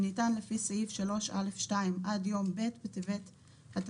שניתן לפי סעיף 3א'2 עד יום ב' בטבת התשע"ב,